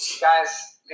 guys